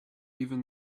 even